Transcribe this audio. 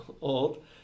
old